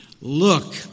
Look